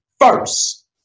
first